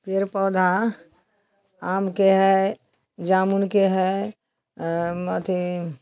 पेड़ पौधा आम के है जामुन के है अथी